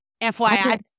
FYI